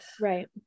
right